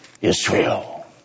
Israel